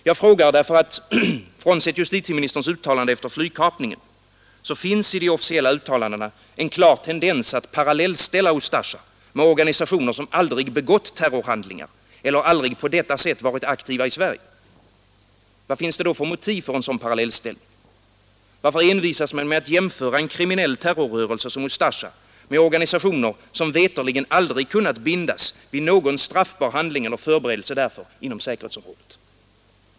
Jag frå därför att frånsett justitieministerns uttalande efter flygkapningen finns i de officiella uttalandena en klar tendens att parallellställa Ustasja med organisationer som aldrig begått terrorhandlingar eller aldrig på detta sätt varit aktiva i Sverige. Vad finns det då för motiv för en sådan parallellställning? Varför envisas man med att jämföra en kriminell terrorrörelse som Ustasja med organisationer som veterligen aldrig kunnat bindas vid någon straffbar handling eller förberedelse därför inom säkerhetsområdet?